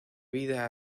vida